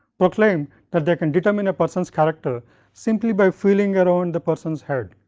proclaim that they can determine a person's character simply by feeling around the persons head.